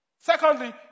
Secondly